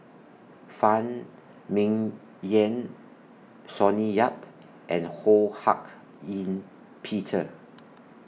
Phan Ming Yen Sonny Yap and Ho Hak Ean Peter